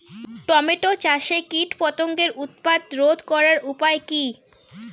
Tomato চাষে কীটপতঙ্গের উৎপাত রোধ করার উপায় কী?